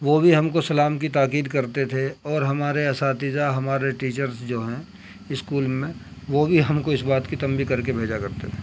وہ بھی ہم کو سلام کی تاکید کرتے تھے اور ہمارے اساتذہ ہمارے ٹیچرس جو ہیں اسکول میں وہ بھی ہم کو اس بات کی تنبیہ کر کے بھیجا کرتے تھے